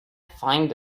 find